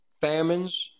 famines